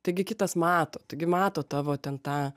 tai gi kitas matot taigi matot tavo ten tą